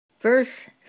Verse